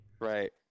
Right